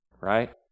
right